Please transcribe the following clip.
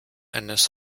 eines